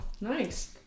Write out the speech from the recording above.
nice